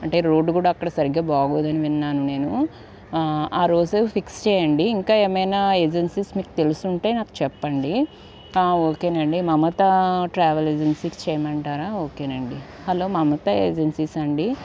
అంటే రోడ్డు కూడా అక్కడ సరిగ్గా బాగోదని విన్నాను నేను ఆ రోజు ఫిక్స్ చేయండి ఇంకా ఏమైనా ఏజెన్సీస్ మీకు తెలిసుంటే నాకు చెప్పండి ఆ ఓకే అండి మమత ట్రావెల్స్ ఏజెన్సీస్ కి చేయమంటారా ఓకే అండి హలో మమత ఏజెన్సీస్ సా అండి